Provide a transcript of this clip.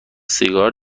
سیگار